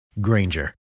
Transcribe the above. Granger